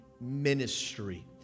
ministry